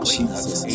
Jesus